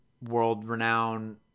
world-renowned